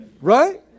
Right